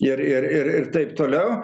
ir ir ir ir taip toliau